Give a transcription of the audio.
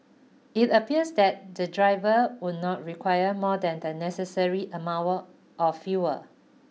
it appears that the driver would not require more than the necessary amount of fuel